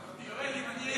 אחרת?